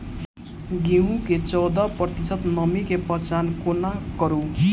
गेंहूँ मे चौदह प्रतिशत नमी केँ पहचान कोना करू?